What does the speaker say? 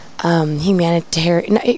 Humanitarian